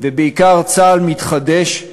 ובעיקר צה"ל מתחדש,